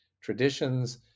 traditions